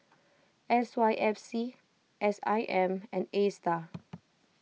S Y F C S I M and Astar